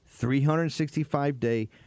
365-day